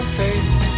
face